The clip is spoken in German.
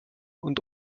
und